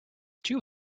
two